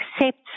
accept